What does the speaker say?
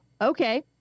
okay